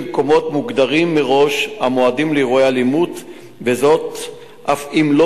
במקומות מוגדרים מראש המועדים לאירועי אלימות וזאת אף אם לא